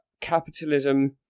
capitalism